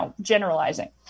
generalizing